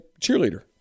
cheerleader